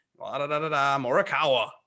Morikawa